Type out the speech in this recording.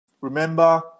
Remember